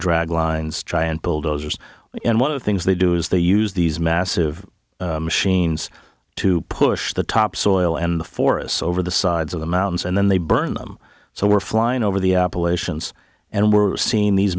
drag lines try and bulldozers in one of the things they do is they use these massive machines to push the topsoil and the forests over the sides of the mountains and then they burn them so we're flying over the appalachians and we're seeing these